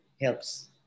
helps